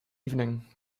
evening